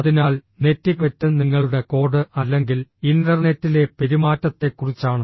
അതിനാൽ നെറ്റിക്വെറ്റ് നിങ്ങളുടെ കോഡ് അല്ലെങ്കിൽ ഇൻറർനെറ്റിലെ പെരുമാറ്റത്തെക്കുറിച്ചാണ്